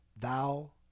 Thou